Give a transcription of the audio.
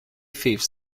fifth